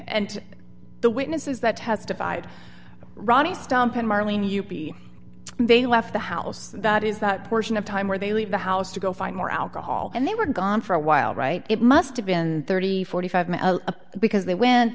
and the witnesses that testified ronnie stompin marlene u p they left the house that is that portion of time where they leave the house to go find more alcohol and they were gone for a while right it must have been three thousand and forty five because they when